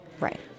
right